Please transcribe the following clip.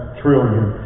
trillion